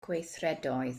gweithredoedd